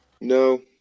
No